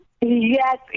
Yes